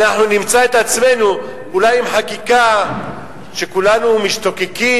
אנחנו נמצא את עצמנו אולי עם חקיקה שכולנו משתוקקים,